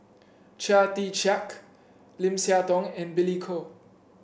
Chia Tee Chiak Lim Siah Tong and Billy Koh